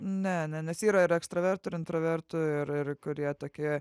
ne ne nes yra ir ekstravertų ir intravertų ir ir kurie tokie